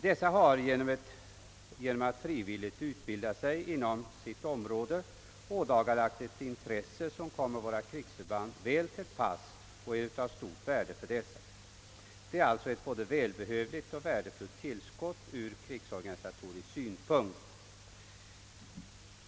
Dessa värnpliktiga underofficerare har genom att frivilligt utbilda sig inom sitt område ådagalagt ett intresse, som kommer våra krigsförband väl till pass och är av stort värde för dessa. Det är alltså ett både välbehövligt och värdefullt tillskott ur krigsorganisatorisk synpunkt.